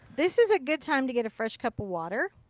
this is a good time to get a fresh cup of water.